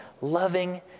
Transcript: loving